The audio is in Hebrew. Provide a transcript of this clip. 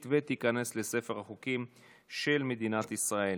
בעד, ארבעה,